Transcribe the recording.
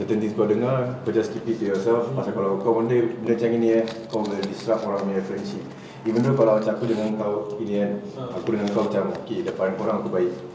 certain things kau dengar kau just keep it to yourself pasal kalau kau benda benda macam gini eh kau boleh disrupt orangnya friendship even though macam aku dengan kau gini kan aku dengan kau macam okay depan korang aku baik